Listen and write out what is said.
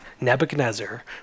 Nebuchadnezzar